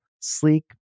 sleek